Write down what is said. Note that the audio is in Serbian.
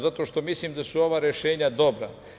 Zato što mislim da su ova rešenja dobra.